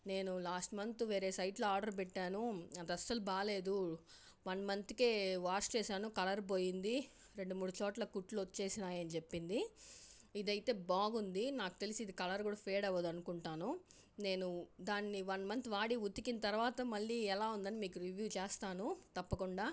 నేను last month వేరే సైట్స్లో ఆర్డర్ పెట్టాను అది అసలు బాగలేదు వన్ మంత్కే వాష్ చేశాను కలర్ పోయింది రెండు మూడు చోట్ల కుట్లు వచ్చేసినాయి అని చెప్పింది ఇది అయితే బాగుంది నాకు తెలిసి కలర్ కూడా ఫెడ్ అవదు అనుకుంటాను నేను దాన్ని వన్ మంత్ వాడి ఉతికిన తర్వాత మళ్ళీ ఎలా ఉంది దాన్ని మీకు రివ్యూ చేస్తాను తప్పకుండా